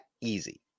easy